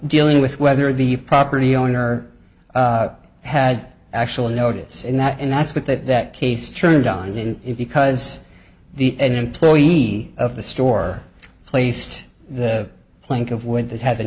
dealing with whether the property owner had actual notice in that and that's what that that case turned on in it because the employee of the store placed the plank of wood that had